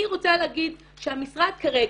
אני רוצה להגיד שהמשרד כרגע,